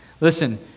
Listen